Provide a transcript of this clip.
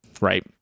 right